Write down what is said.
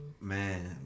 Man